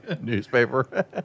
Newspaper